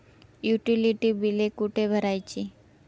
Utility बिले कुठे भरायची?